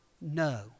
no